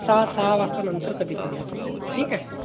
सहा सहा वाजतानंतर कधी पण या तुम्ही ठीक आहे